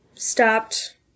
stopped